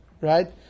right